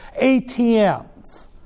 ATMs